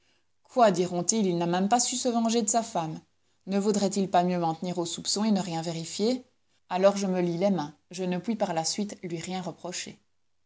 quoi diront-ils il n'a pas su même se venger de sa femme ne vaudrait-il pas mieux m'en tenir aux soupçons et ne rien vérifier a ors je me lie les mains je ne puis par la suite lui rien reprocher